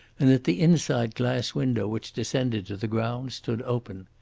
and that the inside glass window which descended to the ground stood open.